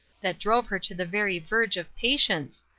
that drove her to the very verge of patience,